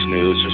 News